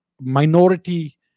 minority